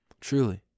Truly